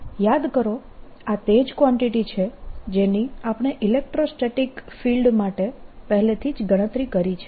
યાદ કરો આ તે જ કવાન્ટીટી છે જેની આપણે ઇલેક્ટ્રોસ્ટેટીક ફીલ્ડ માટે પહેલેથી જ ગણતરી કરી છે